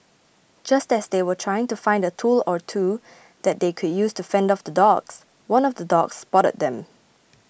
just as they were trying to find a tool or two that they could use to fend off the dogs one of the dogs spotted them